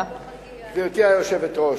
גברתי היושבת-ראש,